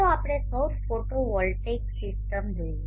ચાલો આપણે સૌર ફોટોવોલ્ટેઇક સિસ્ટમ જોઈએ